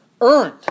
earned